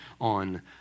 on